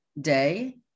day